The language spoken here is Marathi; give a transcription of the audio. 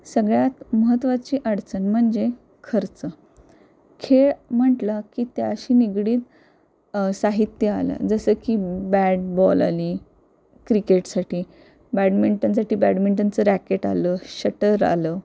सगळ्यात महत्वाची अडचण म्हणजे खर्च खेळ म्हटलं की त्याच्याशी निगडीत साहित्य आलं जसं की बॅट बॉल आली क्रिकेटसाठी बॅडमिंटनसाठी बॅडमिंटनचं रॅकेट आलं शटर आलं